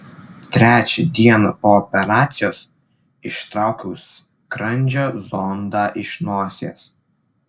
trečią dieną po operacijos ištraukiau skrandžio zondą iš nosies